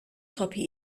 copy